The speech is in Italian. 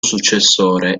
successore